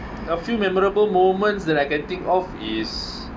a few memorable moments that I can think of is